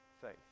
faith